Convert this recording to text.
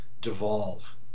devolve